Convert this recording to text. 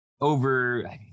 over